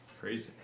Crazy